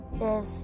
Yes